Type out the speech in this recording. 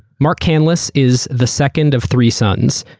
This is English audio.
mark canlis is the second of three sons.